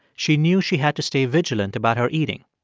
she knew she had to stay vigilant about her eating.